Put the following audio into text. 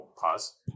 Pause